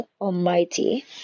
almighty